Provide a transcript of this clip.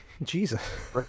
Jesus